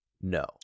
No